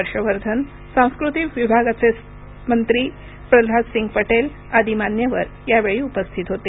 हर्षवर्धन सांस्कृतिक विभागाचे मंत्री प्रल्हादसिंग पटेल आदि मान्यवर यावेळी उपस्थित होते